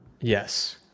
Yes